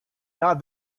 not